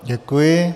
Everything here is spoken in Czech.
Děkuji.